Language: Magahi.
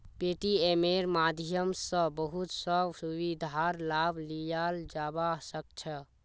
पेटीएमेर माध्यम स बहुत स सुविधार लाभ लियाल जाबा सख छ